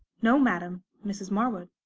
no, madam mrs. marwood.